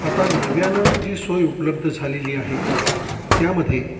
आता नव्यानं जी सोय उपलब्ध झालेली आहे त्यामध्ये